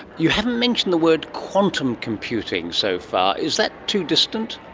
you haven't mentioned the word quantum computing so far. is that too distant?